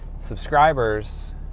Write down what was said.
Subscribers